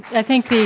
i think the